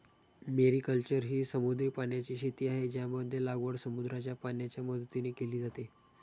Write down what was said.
mariculture ही समुद्री पाण्याची शेती आहे, ज्यामध्ये लागवड समुद्राच्या पाण्याच्या मदतीने केली जाते